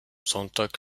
sonntag